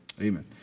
Amen